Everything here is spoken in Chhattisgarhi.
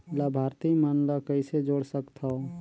लाभार्थी मन ल कइसे जोड़ सकथव?